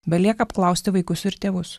belieka apklausti vaikus ir tėvus